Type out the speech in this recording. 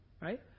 right